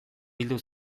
bildu